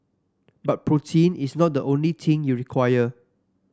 but protein is not the only thing you require